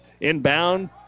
Inbound